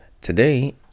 today